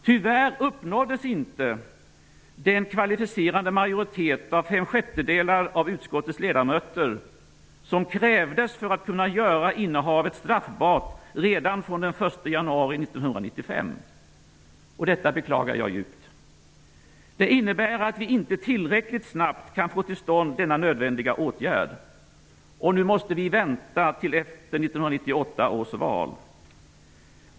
Tyvärr uppnåddes inte den kvalificerade majoritet om fem sjättedelar av utskottets ledamöter som krävdes för att kunna göra innehavet straffbart redan från den 1 januari 1995. Detta beklagar jag djupt. Det innebär att vi inte tillräckligt snabbt kan få till stånd denna nödvändiga åtgärd. Nu måste vi vänta till efter 1998 års val.